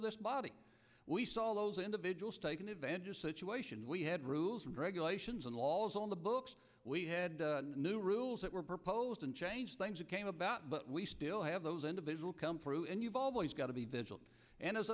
of this body we saw all those individuals taken advantage of situation we had rules and regulations and laws on the books we had new rules that were proposed and changed things that came about but we still have those individual come through and you've always got to be vigilant and as